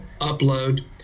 upload